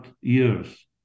years